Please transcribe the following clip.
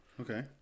Okay